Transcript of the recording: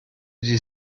die